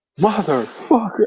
Motherfucker